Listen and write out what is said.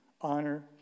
Honor